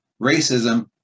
racism